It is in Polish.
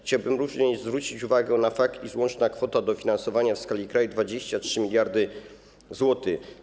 Chciałbym również zwrócić uwagę na fakt, iż łączna kwota dofinansowania w skali kraju to 23 mld zł.